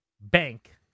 Bank